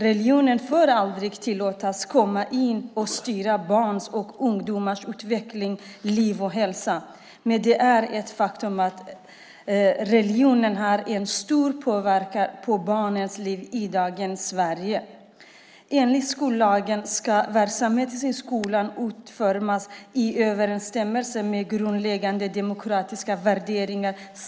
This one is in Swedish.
Religionen får aldrig tillåtas komma in och styra barns och ungdomars utveckling, liv och hälsa, men det är ett faktum att religionen har en stor påverkan på barns liv i dagens Sverige. Enligt skollagen ska verksamheten i skolan utformas i överensstämmelse med grundläggande demokratiska värderingar.